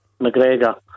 McGregor